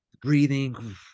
breathing